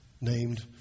named